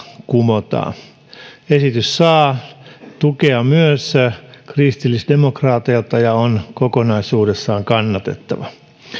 kumotaan esitys saa tukea myös kristillisdemokraateilta ja on kokonaisuudessaan kannatettava